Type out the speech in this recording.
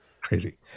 Crazy